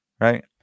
Right